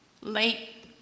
late